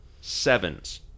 sevens